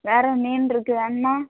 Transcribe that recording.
வேறு மீன் இருக்கு வேணுமா